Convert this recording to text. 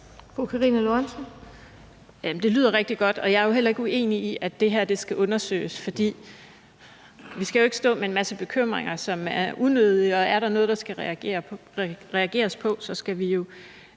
Det lyder rigtig godt, og jeg er heller ikke uenig i, at det her skal undersøges. For vi skal jo ikke stå med en masse bekymringer, som er unødige, og er der noget, vi skal reagere på, skal vi jo